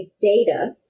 data